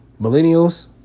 Millennials